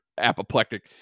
apoplectic